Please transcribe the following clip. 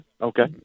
okay